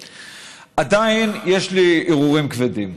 עדיין יש לי הרהורים כבדים,